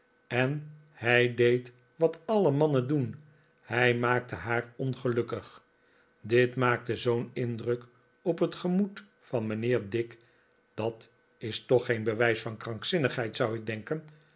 en hij deed wat alle mannen doen hij maakte haar ongelukkig dit maakte zoo'n indruk op het gemoed van mijnheer dick dat is toch geen bewijs van krankzinnigheid zou ik denken